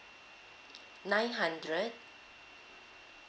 nine hundred